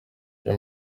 iyi